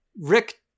Rick